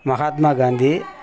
Mahatma Gandhi